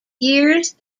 years